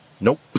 Nope